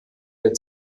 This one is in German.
der